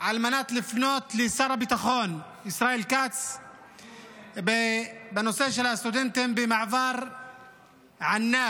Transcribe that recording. על מנת לפנות לשר הביטחון ישראל כץ בנושא של הסטודנטים במעבר ענאב.